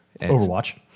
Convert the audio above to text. Overwatch